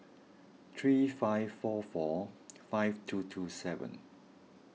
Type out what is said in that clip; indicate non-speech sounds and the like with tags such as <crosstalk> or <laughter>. three five four four <noise> five two two seven